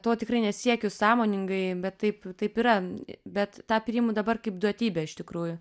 to tikrai nesiekiu sąmoningai bet taip taip yra bet tą priimu dabar kaip duotybę iš tikrųjų